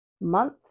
month